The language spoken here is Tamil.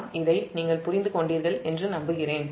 நான் இதை நீங்கள் புரிந்து கொண்டீர்கள் என்று நம்புகிறேன்